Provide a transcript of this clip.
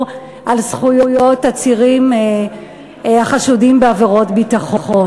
על זכויות עצירים החשודים בעבירות ביטחון מצד שני.